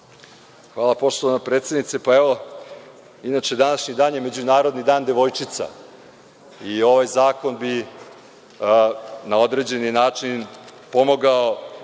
Hvala poštovana predsednice. Inače, današnji dan je Međunarodni dan devojčica i ovaj zakon bi na određeni način pomogao